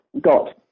got